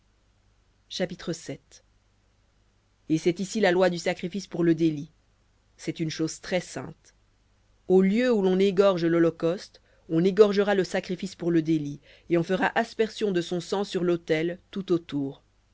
chapitre et c'est ici la loi du sacrifice pour le délit c'est une chose très-sainte au lieu où l'on égorge l'holocauste on égorgera le sacrifice pour le délit et on fera aspersion de son sang sur l'autel tout autour